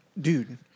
dude